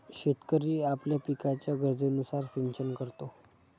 शेतकरी आपल्या पिकाच्या गरजेनुसार सिंचन करतो